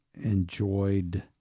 enjoyed